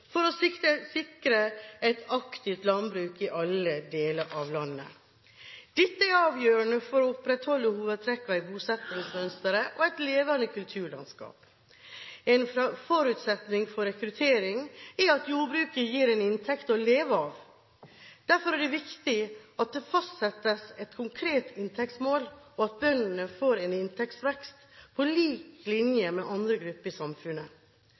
for å sikre et aktivt landbruk i alle deler av landet. Dette er avgjørende for å opprettholde hovedtrekkene i bosettingsmønsteret og et levende kulturlandskap. En forutsetning for rekruttering er at jordbruket gir en inntekt å leve av. Derfor er det viktig at det fastsettes et konkret inntektsmål, og at bøndene får en inntektsvekst på lik linje med andre grupper i samfunnet.